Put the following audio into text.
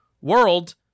world